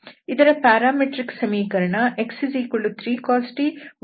ಇದರ ಪ್ಯಾರಾಮೆಟ್ರಿಕ್ ಸಮೀಕರಣ x3cos t y3sin t z3